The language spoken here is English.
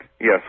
Yes